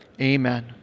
Amen